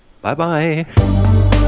Bye-bye